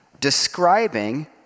Describing